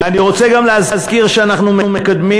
אני רוצה גם להזכיר שאנחנו מקדמים,